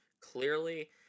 Clearly